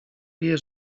wie